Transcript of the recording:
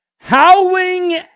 Howling